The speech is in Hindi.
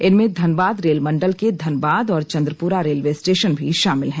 इनमें धनबाद रेल मंडल के धनबाद और चंद्रपुरा रेलवे स्टेशन भी शामिल हैं